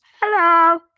hello